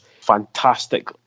Fantastic